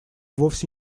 вовсе